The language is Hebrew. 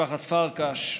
משפחת פרקש.